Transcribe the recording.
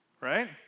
Right